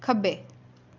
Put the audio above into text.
खब्बै